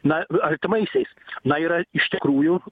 na artimaisiais na yra iš tikrųjų